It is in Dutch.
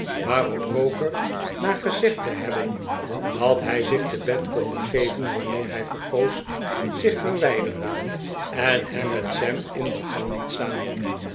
waarop roker na gezegd te hebben dat hij zich te bed kon begeveh wanneer hij verkoos zich verwijderde en hem met sam in de gang liet staan